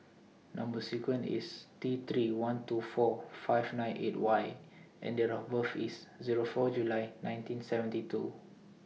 Number sequence IS T three one two four five nine eight Y and Date of birth IS Zero four July nineteen seventy two